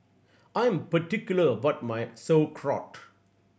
I am particular about my Sauerkraut